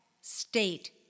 state